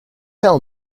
tell